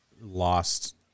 lost